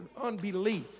unbelief